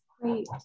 Great